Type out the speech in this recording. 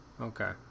Okay